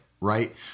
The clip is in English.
right